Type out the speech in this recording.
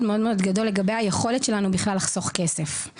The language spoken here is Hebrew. מאוד מאוד גדול לגבי היכולת שלנו בכלל לחסוך כסף.